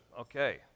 Okay